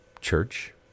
church